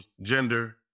gender